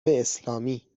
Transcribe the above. اسلامی